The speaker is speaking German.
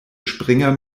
springer